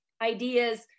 ideas